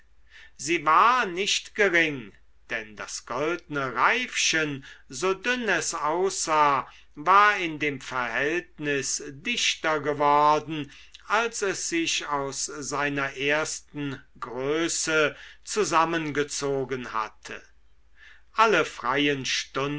sie war nicht gering denn das goldne reifchen so dünn es aussah war in dem verhältnis dichter geworden als es sich aus seiner ersten größe zusammengezogen hatte alle